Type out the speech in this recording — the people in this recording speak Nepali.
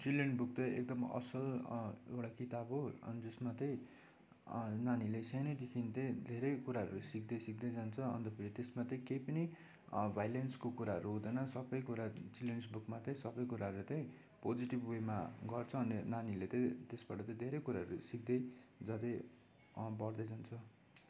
चिल्ड्रेन बुक चाहिँ एकदम असल अँ एउटा किताब हो जसमा चाहिँ अँ नानीहरूले सानैदेखि चाहिँ धेरै कुराहरू सिक्दै सिक्दै जान्छ अन्तखेरि त्यसमा चाहिँ केही पनि अँ भाइलेन्सको कुराहरू हुँदैन सबै कुरा जुन चिल्ड्रेन्स बुकमा च सबै कुराहरू चैँ पोजिटिभ वेमा गर्छ अनि नानीहरूले चैँ त्यसबाट चैँ धेरै कुराहरू सिक्दै जाँदै अँ बढ्दै जान्छ